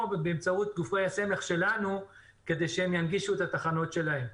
באמצעות גופי הסמך שלנו כדי שהם ינגישו את התחנות שלהם,